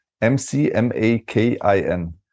M-C-M-A-K-I-N